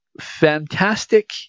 fantastic